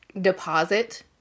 deposit